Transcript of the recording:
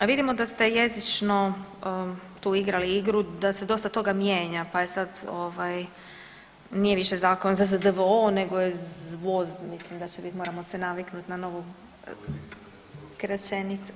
A vidimo da ste jezično tu igrali igru da se dosta toga mijenja, pa je sad, nije više zakon ZZDVO nego je ZVOZD mislim da će biti, moramo se naviknuti na novu skraćenicu.